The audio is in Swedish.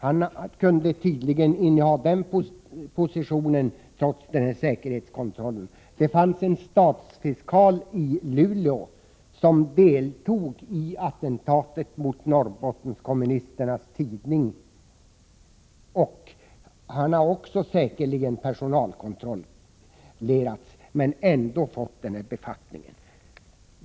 Han kunde tydligen inneha sin position, trots att han säkerhetskontrollerats. Det fanns en stadsfiskal i Luleå som deltog i attentatet mot Norrbottenkommunisternas tidning. Han har säkerligen också personalkontrollerats men ändå fått nämnda befattning.